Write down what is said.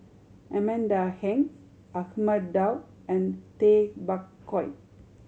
Amanda Heng Ahmad Daud and Tay Bak Koi